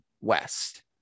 west